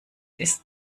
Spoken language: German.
ist